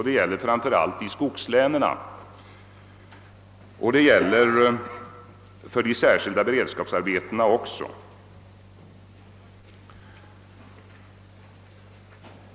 Det gäller framför allt skogslänen och de särskilda beredskapsarbetena.